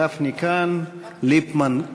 גפני כאן, ליפמן,